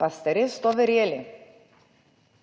Pa ste res to verjeli?